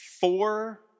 Four